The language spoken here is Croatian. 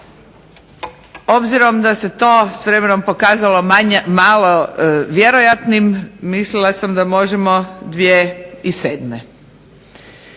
Obzirom da se to s vremenom pokazalo malo vjerojatnim mislila sam da možemo 2007. 2007.